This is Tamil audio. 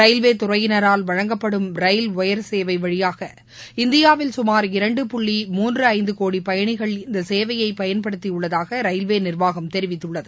ரயில்வே துறையினரால் வழங்கப்படும் ரயில் வொயர் சேவை வழியாக இந்தியாவில் சுமார் இரண்டு புள்ளி மூன்று ஐந்து கோடி பயணிகள் இந்த சேவையை பயன்படுத்தியுள்ளதாக ரயில்வே நிர்வாகம் தெரிவித்துள்ளது